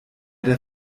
der